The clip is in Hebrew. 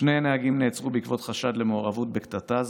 שני נהגים נעצרו בעקבות חשד למעורבות בקטטה,